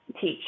teach